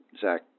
Zach